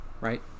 right